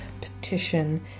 petition